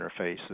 interfaces